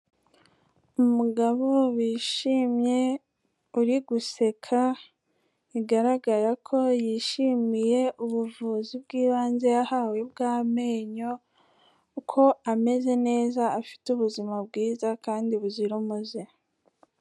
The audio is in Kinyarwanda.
Umugabo wishimye uri guseka, bigaragara ko yishimiye ubuvuzi bw'ibanze yahawe bw'amenyo kuko ameze neza afite ubuzima bwiza kandi buzira umuze.